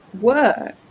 work